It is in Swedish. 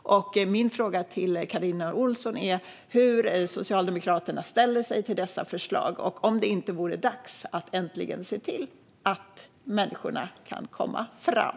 Min fråga till Carina Ohlsson är hur Socialdemokraterna ställer sig till dessa förslag och om det inte vore dags att äntligen se till att människorna kan komma fram.